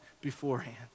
beforehand